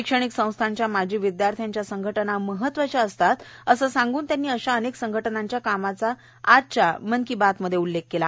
शैक्षणिक संस्थांच्या माजी विद्यार्थ्यांच्या संघटना महत्वाच्या असतात असं सांगून त्यांनी अशा अनेक संघटनांच्या कामाचा आजच्या मन की बातमधे उल्लेख केला